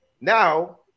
Now